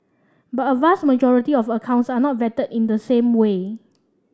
but a vast majority of accounts are not vetted in the same way